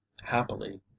happily